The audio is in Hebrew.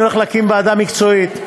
אני הולך להקים ועדה מקצועית,